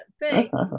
Thanks